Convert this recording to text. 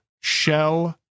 shell